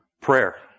prayer